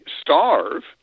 starve